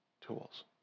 tools